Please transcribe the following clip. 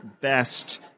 best